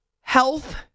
health